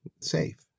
safe